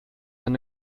han